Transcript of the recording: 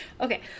Okay